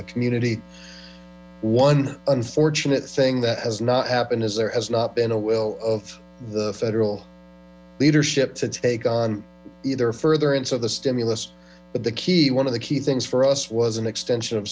the community one unfortunate thing that has not happened is there has not been a will of the federal leadership to take on either furtherance of the stimulus but the key one of the key things for us was an extension of